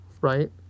right